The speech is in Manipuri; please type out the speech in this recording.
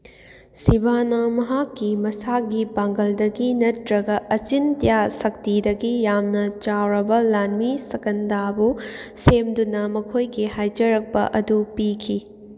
ꯁꯤꯕꯥꯅꯥ ꯃꯍꯥꯛꯀꯤ ꯃꯁꯥꯒꯤ ꯄꯥꯡꯒꯜꯗꯒꯤ ꯅꯠꯇ꯭ꯔꯒ ꯑꯆꯤꯟꯇꯤꯌꯥ ꯁꯛꯇꯤꯗꯒꯤ ꯌꯥꯝꯅ ꯆꯥꯎꯔꯕ ꯂꯥꯟꯃꯤ ꯁꯀꯟꯗꯥꯕꯨ ꯁꯦꯝꯗꯨꯅ ꯃꯈꯣꯏꯒꯤ ꯍꯥꯏꯖꯔꯛꯄ ꯑꯗꯨ ꯄꯤꯈꯤ